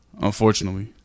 unfortunately